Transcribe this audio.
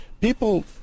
people